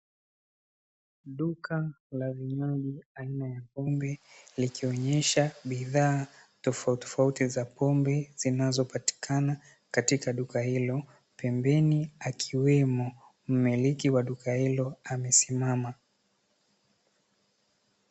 Duka la vinywaji aina ya pombe likionyesha bidhaa tofautitofauti za pombe zinazopatikana katika duka hilo, pembeni akiwemo mmiliki wa duka hilo amesimama.